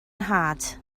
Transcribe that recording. nhad